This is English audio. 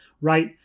right